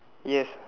yes